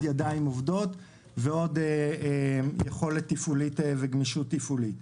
ידיים עובדות ועוד יכולת תפעולית וגמישות תפעולית.